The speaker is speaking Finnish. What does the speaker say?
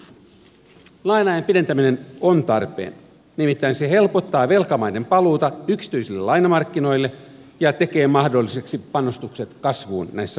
laina ajan pidentäminen on tarpeen nimittäin se helpottaa velkamaiden paluuta yksityisille lainamarkkinoille ja tekee mahdolliseksi panostukset kasvuun näissä maissa